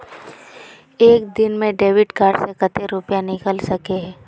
एक दिन में डेबिट कार्ड से कते रुपया निकल सके हिये?